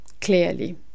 clearly